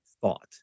thought